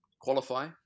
qualify